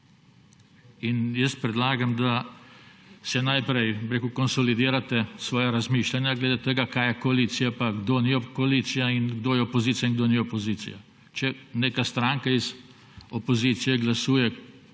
Predlagam, da najprej konsolidirate svoja razmišljanja glede tega, kaj je koalicija pa kdo ni koalicija in kdo je opozicija in kdo ni opozicija. Če neka stranka iz opozicije glasuje